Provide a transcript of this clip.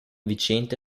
viciente